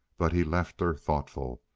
but he left her thoughtful,